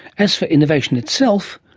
as for innovation itself,